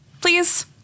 Please